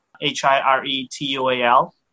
H-I-R-E-T-U-A-L